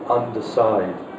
underside